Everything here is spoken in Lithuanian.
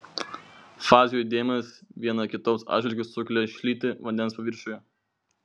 fazių judėjimas viena kitos atžvilgiu sukelia šlytį vandens paviršiuje